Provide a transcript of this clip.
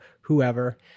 whoever